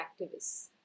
activists